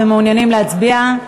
ומעוניינים להצביע.